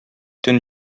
төн